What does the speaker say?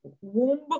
womb